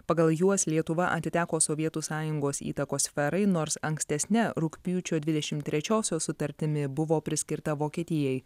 pagal juos lietuva atiteko sovietų sąjungos įtakos sferai nors ankstesne rugpjūčio dvidešim trečiosios sutartimi buvo priskirta vokietijai